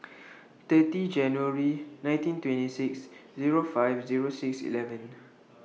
thirty January nineteen twenty six Zero five Zero six eleven